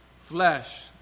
flesh